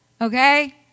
okay